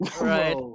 right